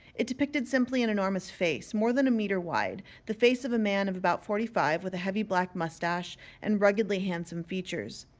it depicted simply an enormous face, more than a metre wide the face of a man of about forty-five, with a heavy black moustache and ruggedly handsome features.